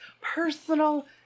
Personal